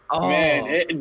Man